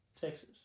Texas